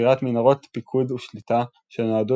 וחפירת מנהרות פיקוד ושליטה שנועדו